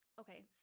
okay